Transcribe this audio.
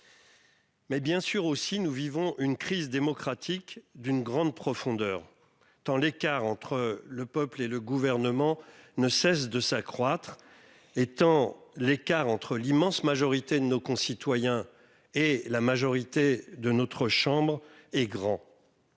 Mais bien sûr aussi. Nous vivons une crise démocratique d'une grande profondeur tant l'écart entre le peuple et le gouvernement ne cesse de s'accroître. Étant l'écart entre l'immense majorité de nos concitoyens et la majorité de notre chambre et grand.